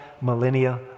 millennia